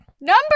Number